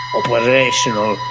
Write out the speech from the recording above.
operational